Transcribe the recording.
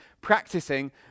practicing